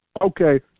okay